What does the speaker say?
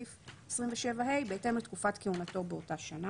מתקציבו לפי סעיפים קטנים (א) ו-(ד)."